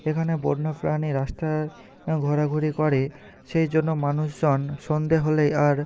এখানে বন্য প্রাণী রাস্তায় ঘোরাঘুরি করে সেই জন্য মানুষজন সন্ধে হলে আর